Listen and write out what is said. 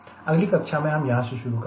अगली कक्षा में हम यहां से शुरू करेंगे